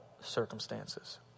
circumstances